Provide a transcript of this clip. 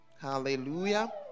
Hallelujah